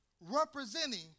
representing